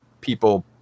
people